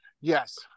yes